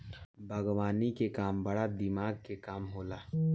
बागवानी के काम बड़ा दिमाग के काम होला